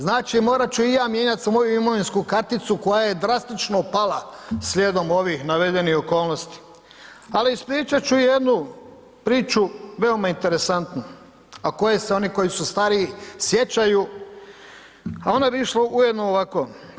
Znači, morat ću i ja mijenjat svoju imovinsku karticu koja je drastično pala slijedom ovih navedenih okolnosti, ali ispričat ću jednu priču veoma interesantnu, a koje se oni koji su stariji sjećaju, a ona bi išla ujedno ovako.